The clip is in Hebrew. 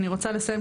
אני רוצה לסיים,